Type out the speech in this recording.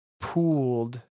pooled